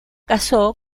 casó